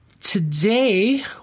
today